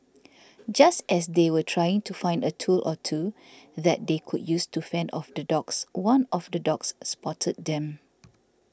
just as they were trying to find a tool or two that they could use to fend off the dogs one of the dogs spotted them